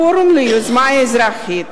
הפורום ליוזמה אזרחית.